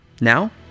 Now